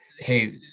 Hey